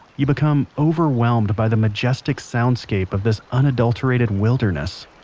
you become overwhelmed by the majestic soundscape of this unadulterated wilderness.